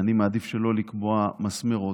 אני מעדיף שלא לקבוע מסמרות.